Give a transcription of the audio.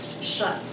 shut